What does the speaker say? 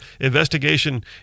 investigation